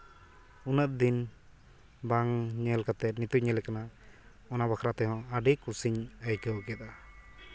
ᱩᱱᱟᱹᱜ ᱫᱤᱱ ᱵᱟᱝ ᱧᱮᱞ ᱠᱟᱛᱮᱫ ᱱᱤᱛᱚᱜ ᱤᱧ ᱧᱮᱞᱮ ᱠᱟᱱᱟ ᱚᱱᱟ ᱵᱟᱠᱷᱨᱟ ᱛᱮᱦᱚᱸ ᱟᱹᱰᱤ ᱠᱩᱥᱤᱧ ᱟᱹᱭᱠᱟᱹᱣ ᱠᱮᱫᱟ